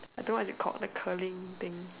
I don't know what is it called the curling thing